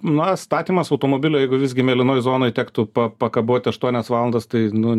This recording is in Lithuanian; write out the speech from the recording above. na statymas automobilio jeigu visgi mėlynoj zonoj tektų pakaboti aštuonias valandas tai nu